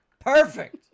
Perfect